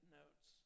notes